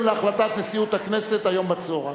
להחלטת נשיאות הכנסת היום בצהריים.